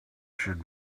should